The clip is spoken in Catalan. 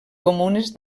comunes